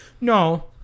No